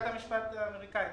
זה המשפט האמריקאי.